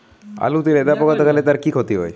আলুতে লেদা পোকা দেখালে তার কি ক্ষতি হয়?